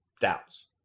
doubts